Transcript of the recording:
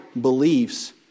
beliefs